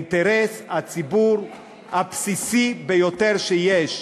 באינטרס הציבור הבסיסי ביותר שיש.